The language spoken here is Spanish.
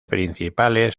principales